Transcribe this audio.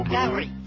Gary